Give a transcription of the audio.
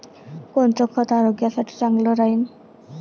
कोनचं खत आरोग्यासाठी चांगलं राहीन?